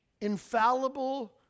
infallible